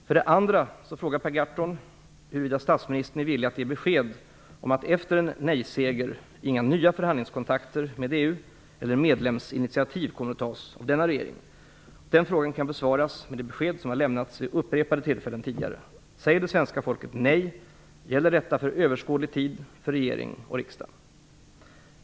För det andra frågar Per Gahrton huruvida statsministern är villig att ge besked om att efter en nej-seger inga nya förhandlingskontakter med EU eller medlemsinitiativ kommer att tas av denna regering. Denna fråga kan besvaras med det besked som lämnats vid upprepade tillfällen tidigare. Säger svenska folket nej gäller detta för överskådlig tid för regering och riksdag.